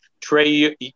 Trey